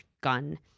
gun